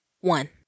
One